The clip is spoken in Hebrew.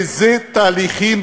ואלו תהליכים,